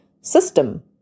system